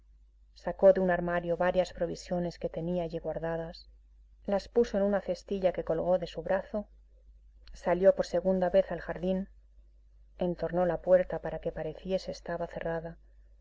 sacó de un armario varias provisiones que tenía allí guardadas las puso en una cestilla que colgó de su brazo salió por segunda vez al jardín entornó la puerta para que pareciese estaba cerrada